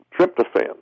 tryptophan